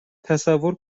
تصور